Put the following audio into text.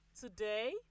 Today